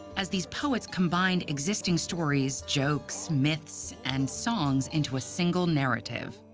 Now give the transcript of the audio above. as these poets combined existing stories, jokes, myths, and songs into a single narrative.